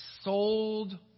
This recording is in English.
sold